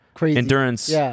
endurance